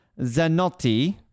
Zanotti